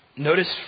Notice